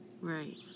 Right